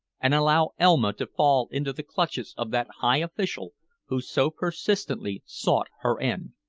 and allow elma to fall into the clutches of that high official who so persistently sought her end.